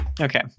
Okay